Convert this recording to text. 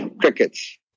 Crickets